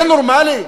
זה נורמלי?